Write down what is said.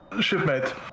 shipmate